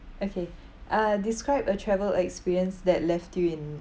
okay uh describe a travel experience that left you in